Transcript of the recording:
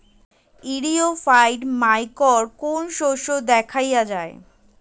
ইরিও ফাইট মাকোর কোন শস্য দেখাইয়া যায়?